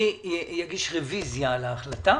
אני אגיש רביזיה על ההחלטה